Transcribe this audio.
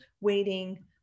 waiting